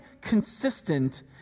consistent